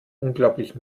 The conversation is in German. unglaublich